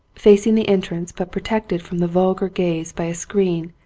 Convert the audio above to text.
facing the entrance but protected from the vulgar gaze by a screen,